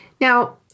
Now